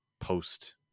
post